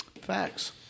facts